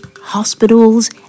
hospitals